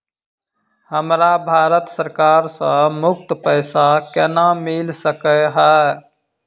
हमरा भारत सरकार सँ मुफ्त पैसा केना मिल सकै है?